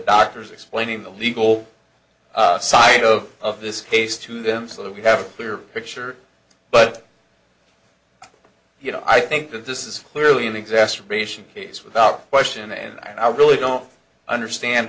doctors explaining the legal side of of this case to them so that we have a clearer picture but you know i think that this is clearly an exacerbation case without question and i really don't understand